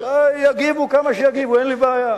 יגיבו כמה שיגיבו, אין לי בעיה.